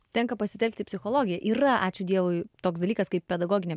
tenka pasitelkti psichologiją yra ačiū dievui toks dalykas kaip pedagoginė